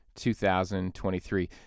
2023